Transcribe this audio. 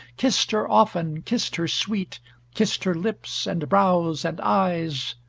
kissed her often, kissed her sweet kissed her lips and brows and eyes.